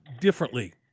differently